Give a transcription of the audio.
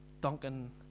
Duncan